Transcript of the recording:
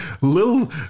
little